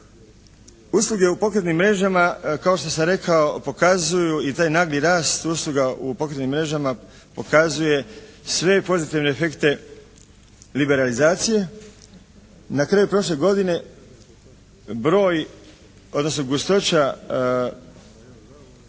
Usluge u pokretnim mrežama kao što sam rekao pokazuju i taj nagli rast, usluga u pokretnim mrežama pokazuje sve pozitivne efekte liberalizacije. Na kraju prošle godine broj odnosno gustoća